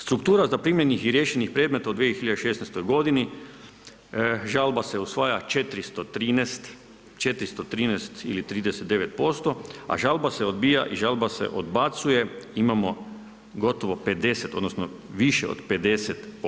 Struktura zaprimljenih i riješenih predmeta u 2016. godini, žalba se usvaja 413, 413 ili 39% a žalba se odbija i žalba se odbacuje, imamo gotovo 50 odnosno više od 50%